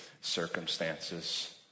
circumstances